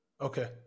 Okay